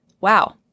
wow